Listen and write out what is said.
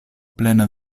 plena